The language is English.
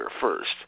first